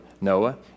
Noah